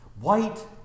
White